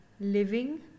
living